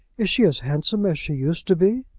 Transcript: is she as handsome as she used to be?